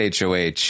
HOH